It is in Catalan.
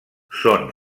són